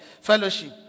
fellowship